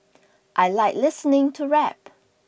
I like listening to rap